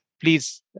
Please